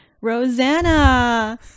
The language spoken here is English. rosanna